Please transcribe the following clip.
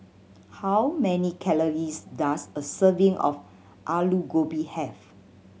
how many calories does a serving of Aloo Gobi have